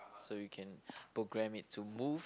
so you can program it to move